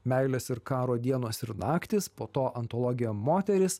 meilės ir karo dienos ir naktys po to antologija moterys